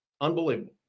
Unbelievable